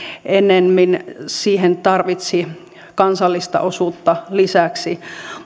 ennemmin siihen tarvitsi kansallista osuutta lisäksi